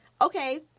okay